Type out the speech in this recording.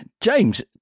James